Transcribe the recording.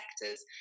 sectors